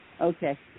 Okay